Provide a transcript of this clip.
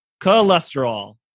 Cholesterol